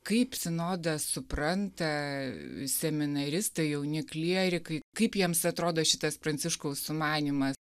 kaip sinodas supranta seminaristai jauni klierikai kaip jiems atrodo šitas pranciškaus sumanymas